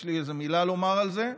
יש לי איזו מילה לומר על זה,